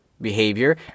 behavior